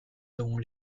dont